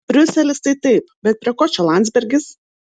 briuselis tai taip bet prie ko čia landsbergis